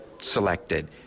selected